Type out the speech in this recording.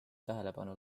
tähelepanu